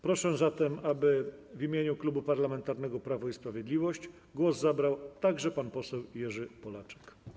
Proszę zatem, aby w imieniu Klubu Parlamentarnego Prawo i Sprawiedliwość głos zabrał także pan poseł Jerzy Polaczek.